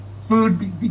food